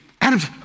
Adam's